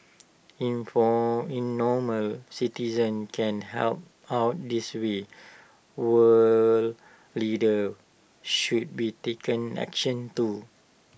citizens can help out this way world leaders should be taking action too